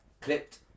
clipped